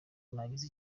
nagize